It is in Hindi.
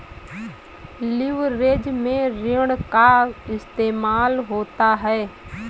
लिवरेज में ऋण का इस्तेमाल होता है